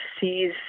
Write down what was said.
sees